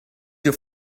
your